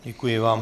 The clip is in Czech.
Děkuji vám.